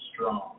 strong